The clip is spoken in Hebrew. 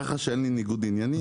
ככה שאין לי ניגוד עניינים.